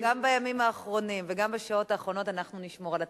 גם בימים האחרונים וגם בשעות האחרונות אנחנו נשמור על התקנון.